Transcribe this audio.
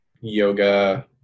yoga